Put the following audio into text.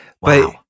Wow